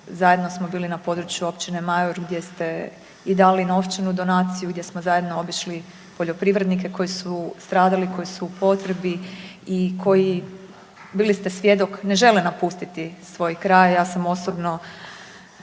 Zajedno smo bili na području općine Majur gdje ste i dali novčanu donaciju, gdje smo zajedno obišli poljoprivrednike koji su stradali koji su u potrebi i koji bili ste svjedok ne žele napustiti svoj kraj. Ja sam osobno